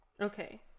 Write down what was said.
Okay